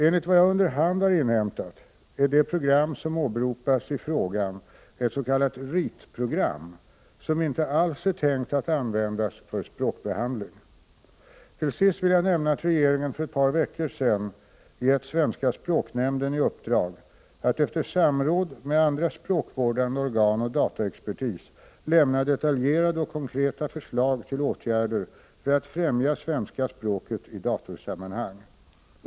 Enligt vad jag under hand har inhämtat är det program som åberopas i frågan ett s.k. ritprogram, som inte alls än tänkt att användas för språkbehandling. Till sist vill jag nämna att regeringen för ett par veckor sedan gett Svenska språknämnden i uppdrag att efter samråd med andra språkvårdande organ och dataexpertis lämna detaljerade och konkreta förslag till åtgärder för att främja svenska språket i datorsammanhang.